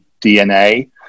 dna